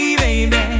baby